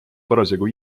parasjagu